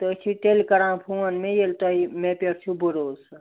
تُہۍ چھِو تیٚلہِ کَران فون میٚے ییٚلہِ تۄہہِ مےٚ پٮ۪ٹھ چھُو بَروسہٕ